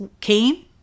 came